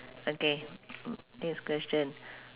okay next question